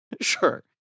Sure